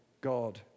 God